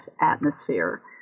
atmosphere